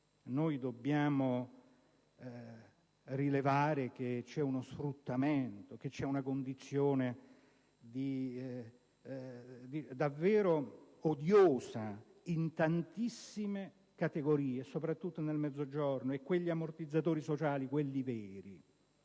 dobbiamo rilevare che esiste uno sfruttamento, una condizione davvero odiosa e presente in tantissime categorie, soprattutto nel Mezzogiorno, e che gli ammortizzatori sociali, quelli veri,